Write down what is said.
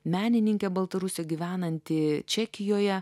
menininkė baltarusė gyvenanti čekijoje